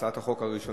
על הצעת החוק הראשונה,